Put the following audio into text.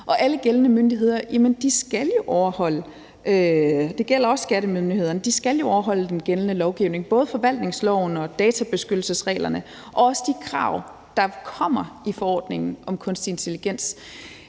Og alle myndigheder – det gælder også skattemyndighederne – skal jo overholde den gældende lovgivning, både forvaltningsloven og databeskyttelsesreglerne og også de krav, der kommer i forordningen om kunstig intelligens.